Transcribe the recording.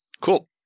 Cool